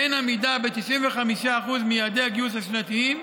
באין עמידה ב-95% מיעדי הגיוס השנתיים,